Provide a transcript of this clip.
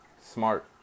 smart